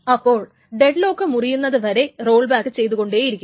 അപ്പോൾ ഡെഡ്ലോക്ക് മുറിയുന്നത് വരെ റോൾ ബാക്ക് ചെയ്തുകൊണ്ടിരിക്കും